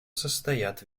состоят